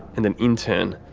and an intern.